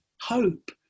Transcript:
hope